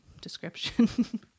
description